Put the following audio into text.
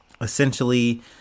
essentially